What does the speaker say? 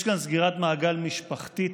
יש כאן סגירת מעגל משפחתית,